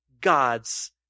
gods